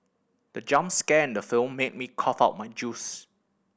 the jump scare in the film made me cough out my juice